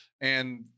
And-